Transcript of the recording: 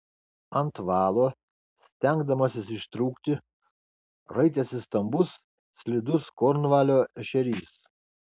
ant valo stengdamasis ištrūkti raitėsi stambus slidus kornvalio ešerys